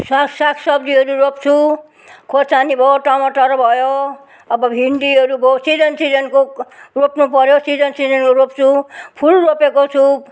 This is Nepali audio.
स साग सब्जीहरू रोप्छु खुर्सानी भयो टमाटर भयो अब भिन्डीहरू भयो सिजन सिजनको रोप्नु पऱ्यो सिजन सिजनको रोप्छु फुल रोपेको छु